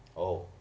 oh